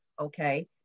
Okay